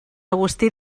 agustí